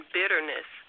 bitterness